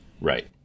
Right